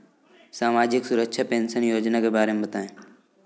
सामाजिक सुरक्षा पेंशन योजना के बारे में बताएँ?